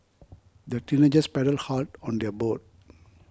the teenagers paddled hard on their boat